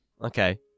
Okay